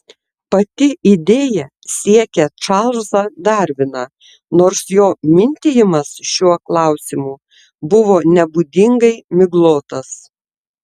pati idėja siekia čarlzą darviną nors jo mintijimas šiuo klausimu buvo nebūdingai miglotas